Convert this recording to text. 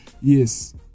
Yes